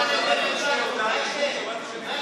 בארץ, 30,000